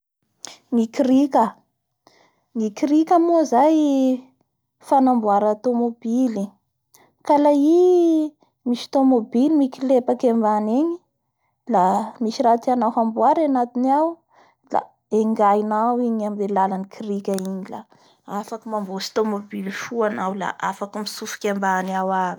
Ny krika ndraiky koa zany da fanengana tomoboly. Lafa misy tomobily simba igny ny pneu da akary amin'ny krika igny da afaky esory teo i pneu igny da afaky ovay.